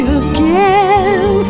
again